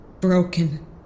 broken